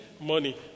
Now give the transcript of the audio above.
money